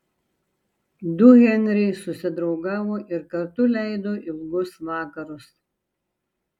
du henriai susidraugavo ir kartu leido ilgus vakarus